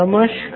नमस्कार